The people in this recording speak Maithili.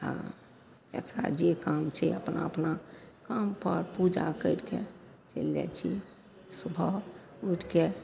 आओर जकरा जे काम छै अपना अपना कामपर पूजा करिके चलि जाइ छै सुबह उठिके